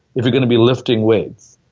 if you're gonna be lifting weights.